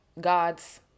God's